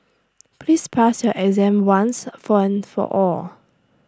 please pass your exam once for and for all